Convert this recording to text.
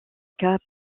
cas